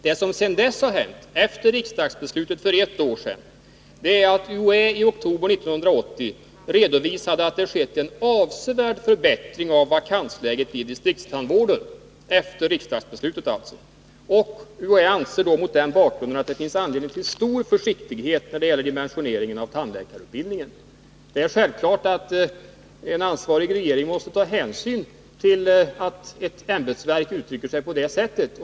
Det som har hänt efter riksdagsbeslutet för ett år sedan är att UHÄ i oktober 1980 redovisade att det skett en avsevärd förbättring av vakansläget i distriktstandvården. UHÄ anser mot den bakgrunden att det finns anledning till stor försiktighet när det gäller dimensioneringen av tandläkarutbildningen. Det är självklart att en ansvarig regering måste ta hänsyn till att ett ämbetsverk uttrycker sig på det sättet.